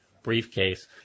Briefcase